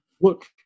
look